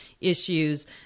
issues